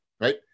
right